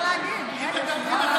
מה אכפת לך?